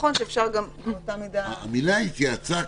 נכון שאפשר גם באותה מידה --- המילים "שהתייעצה,